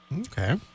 Okay